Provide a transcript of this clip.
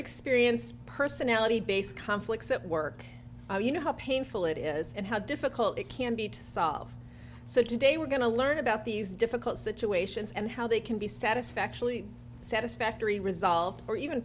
experienced personality based conflicts at work you know how painful it is and how difficult it can be to solve so today we're going to learn about these difficult situations and how they can be satisfactorily satisfactory